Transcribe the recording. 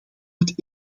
het